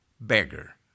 beggar